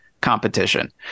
competition